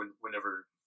whenever